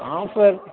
offer